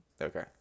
Okay